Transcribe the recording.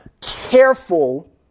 careful